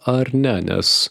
ar ne nes